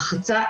רחצה,